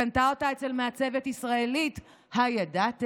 היא קנתה אותה אצל מעצבת ישראלית, הידעתם?